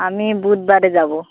আমি বুধবারে যাব